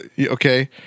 okay